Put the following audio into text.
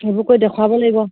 সেইবোৰ কৰি দেখুৱাব লাগিব